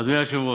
אדוני היושב-ראש,